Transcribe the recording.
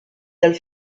dal